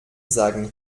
sagen